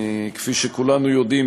כפי שכולנו יודעים,